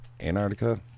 Antarctica